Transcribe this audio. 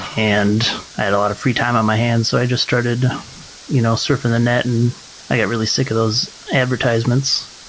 and i had a lot of free time on my hands, so i just started you know surfing the net and i got really sick of those advertisements.